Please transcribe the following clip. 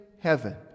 heaven